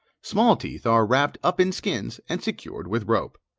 small teeth are wrapped up in skins and secured with rope.